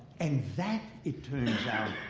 and that, it turns out,